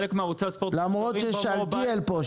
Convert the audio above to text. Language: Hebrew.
למרות שליאור שאלתיאל פה.